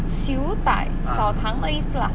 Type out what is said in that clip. siew dai 少糖的意思啦